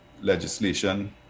legislation